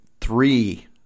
three